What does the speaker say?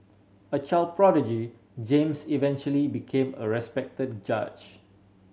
a child prodigy James eventually became a respected judge